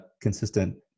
consistent